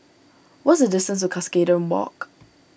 what is the distance to Cuscaden Walk